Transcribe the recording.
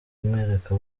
kumwereka